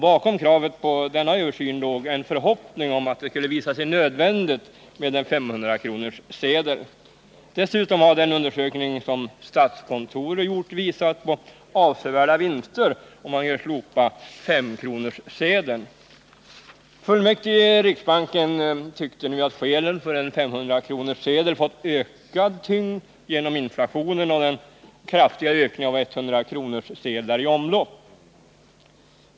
Bakom kravet på denna översyn låg en förhoppning om att det skulle visa sig nödvändigt med en 500 kronorssedel. Dessutom hade en undersökning som statskontoret gjort visat att avsevärda vinster kunde göras om man slopade S5-kronorssedeln. Fullmäktige i riksbanken tyckte nu att skälen för en 500-kronorssedel fått ökad tyngd genom inflationen och den kraftiga ökningen av 100-kronorssedlar i omlopp.